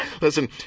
Listen